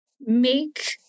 make